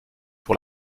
pour